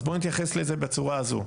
אז בואו נתייחס לזה בצורה הזו.